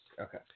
Okay